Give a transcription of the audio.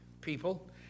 people